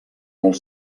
molt